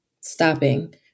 stopping